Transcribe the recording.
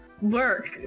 work